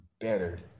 better